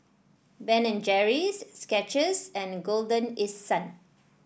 Ben and Jerry's Skechers and Golden East Sun